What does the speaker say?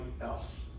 else